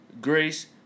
Grace